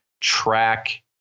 track